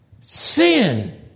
Sin